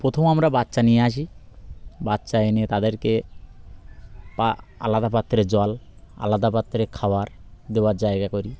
প্রথম আমরা বাচ্চা নিয়ে আসি বাচ্চা এনে তাদেরকে পা আলাদা পাত্রে জল আলাদা পাত্রে খাবার দেওয়ার জায়গা করি